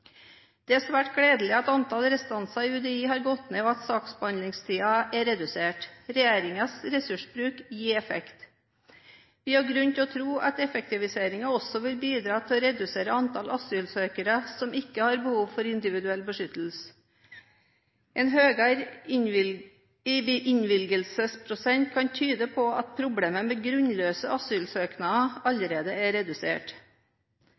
Det er svært gledelig at antall restanser i UDI har gått ned, og at saksbehandlingstiden er redusert. Regjeringens ressursbruk gir effekt. Vi har grunn til å tro at effektiviseringen også vil bidra til å redusere antall asylsøkere som ikke har behov for individuell beskyttelse. En høyere innvilgelsesprosent kan tyde på at problemet med grunnløse asylsøknader allerede er redusert.